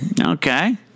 Okay